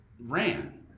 ran